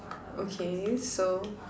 okay so